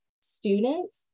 students